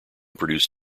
produce